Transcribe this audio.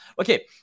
okay